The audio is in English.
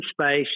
space